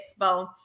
Expo